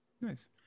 Nice